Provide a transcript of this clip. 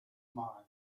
mind